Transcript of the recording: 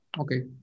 Okay